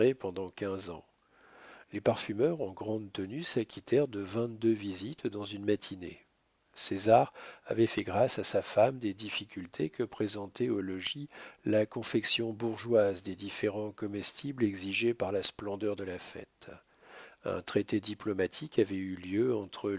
pendant quinze ans les parfumeurs en grande tenue s'acquittèrent de vingt-deux visites dans une matinée césar avait fait grâce à sa femme des difficultés que présentait au logis la confection bourgeoise des différents comestibles exigés par la splendeur de la fête un traité diplomatique avait eu lieu entre